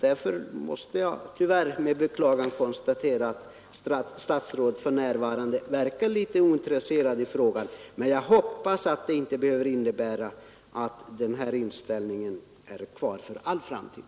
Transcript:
D ör måste jag tyvärr med beklagande konstatera att statsrådet för närvarande verkar vara ointresserad i frågan, men jag hoppas att det inte behöver innebära att den här inställningen kvarstår för all framtid.